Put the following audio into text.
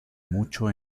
mucho